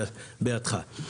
בידך.